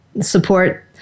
support